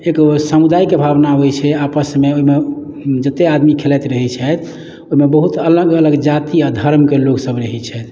एक समुदायके भावना होइत छै आपसमे ओहिमे जतेक आदमी खेलाइत रहैत छथि ओहिमे बहुत अलग अलग जाति आ धर्मके लोकसभ रहैत छथि